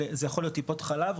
זה יכול להיות טיפת חלב,